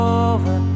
over